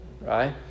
right